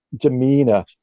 Demeanor